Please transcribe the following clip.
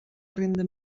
renda